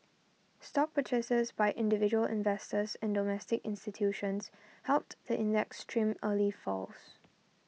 stock purchases by individual investors and domestic institutions helped the index trim early falls